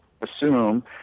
assume